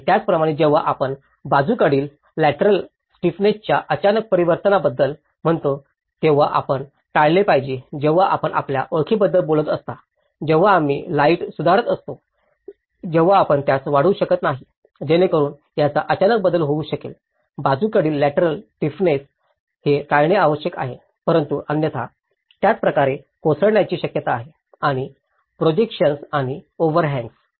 आणि त्याचप्रमाणे जेव्हा आपण बाजूकडील लॅटरल स्टिफनेसच्या अचानक परिवर्तनाबद्दल म्हणतो तेव्हा आपण टाळले पाहिजे जेव्हा आपण आपल्या ओळखीबद्दल बोलत असता जेव्हा आम्ही हाईट सुधारत असतो तेव्हा आपण त्यास वाढवू शकत नाही जेणेकरुन याचा अचानक बदल होऊ शकेल बाजूकडील लॅटरल स्टिफनेस हे टाळणे आवश्यक आहे परंतु अन्यथा त्याच प्रकारे कोसळण्याची शक्यता आहे आणि प्रोजेक्शन्स आणि ओव्हरहाँग्स